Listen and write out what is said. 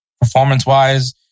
performance-wise